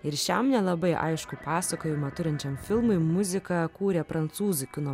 ir šiam nelabai aiškų pasakojimą turinčiam filmui muziką kūrė prancūzų kino